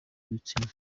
ibitsina